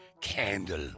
candle